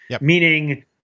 meaning –